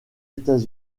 etats